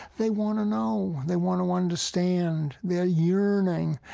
they want to know. they want to understand. they're yearning.